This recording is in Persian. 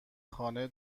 خانه